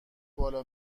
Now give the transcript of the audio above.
بالا